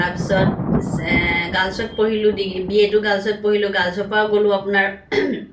তাৰপিছত গাৰ্লছত পঢ়িলো ডিগ্ৰী বি এটো গাৰ্লছত পঢ়িলো গাৰ্লছৰ পাৰাও গ'লো আপোনাৰ